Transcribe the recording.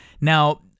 Now